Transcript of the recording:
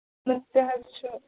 مگر تہِ حظ چھُ